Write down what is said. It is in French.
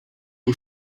aux